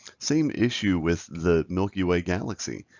same issue with the milky way galaxy.